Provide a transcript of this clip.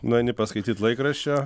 nueini paskaityt laikraščio